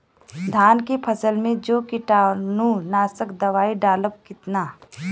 धान के फसल मे जो कीटानु नाशक दवाई डालब कितना?